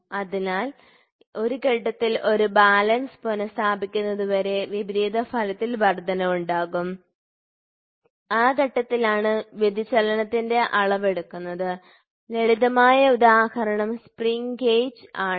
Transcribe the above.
അതിനാൽ ഒരു ഘട്ടത്തിൽ ഒരു ബാലൻസ് പുനസ്ഥാപിക്കുന്നതുവരെ വിപരീത ഫലത്തിൽ വർദ്ധനവുണ്ടാകും ആ ഘട്ടത്തിലാണ് വ്യതിചലനത്തിന്റെ അളവ് എടുക്കുന്നത് ലളിതമായ ഉദാഹരണം സ്പ്രിംഗ് ഗേജ് ആണ്